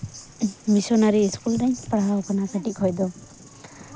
ᱢᱤᱫᱴᱮᱱ missionary school ᱨᱤᱧ ᱯᱟᱲᱦᱟᱣ ᱟᱠᱟᱱᱟ ᱠᱟᱹᱴᱤᱡ ᱠᱷᱚᱱᱫᱚ